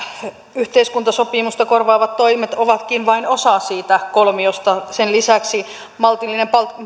yhteiskuntasopimusta korvaavat toimet ovatkin vain osa siitä kolmiosta sen lisäksi maltillinen